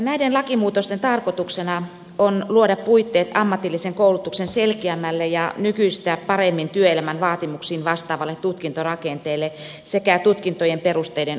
näiden lakimuutosten tarkoituksena on luoda puitteet ammatillisen koulutuksen selkeämmälle ja nykyistä paremmin työelämän vaatimuksiin vastaavalle tutkintorakenteelle sekä tutkintojen perusteiden uudistamiselle